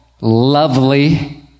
lovely